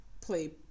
play